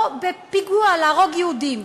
או בפיגוע, להרוג יהודים.